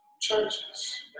churches